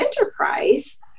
enterprise